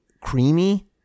creamy